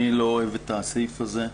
אני לא אוהב את הסעיף הזה.